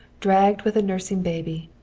dragged with a nursing baby.